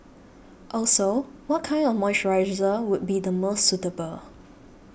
also what kind of moisturiser would be the most suitable